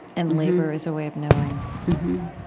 and labor is a way of knowing.